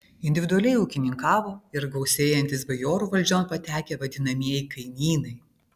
individualiai ūkininkavo ir gausėjantys bajorų valdžion patekę vadinamieji kaimynai